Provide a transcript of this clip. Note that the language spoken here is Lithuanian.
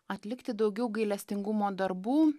atlikti daugiau gailestingumo darbų